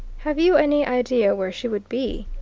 have you any idea where she would be?